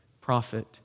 prophet